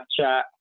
Snapchat